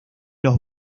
los